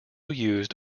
used